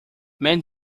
many